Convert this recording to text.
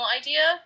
idea